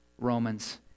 Romans